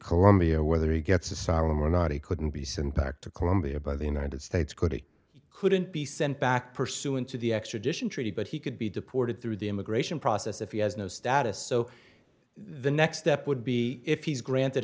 colombia whether he gets asylum or not he couldn't be sent back to colombia by the united states could he couldn't be sent back pursuant to the extradition treaty but he could be deported through the immigration process if he has no status so the next step would be if he's granted